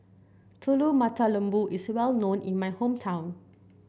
Telur Mata Lembu is well known in my hometown